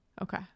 okay